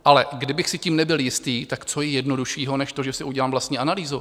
Ale kdybych si tím nebyl jistý, tak co je jednoduššího než to, že si udělám vlastní analýzu?